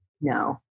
No